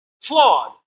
flawed